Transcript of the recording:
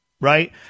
right